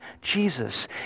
Jesus